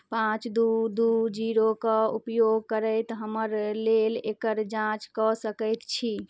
पाँच दू दू जीरोके उपयोग करैत हमर लेल एकर जाँच कऽ सकैत छी